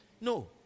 No